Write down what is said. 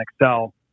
Excel